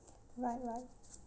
right right